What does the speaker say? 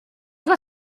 doit